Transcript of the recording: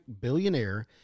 billionaire